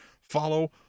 follow